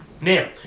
Now